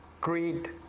greed